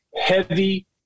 heavy